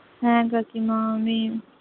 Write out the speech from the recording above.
হ্যাঁ কাকিমা আমি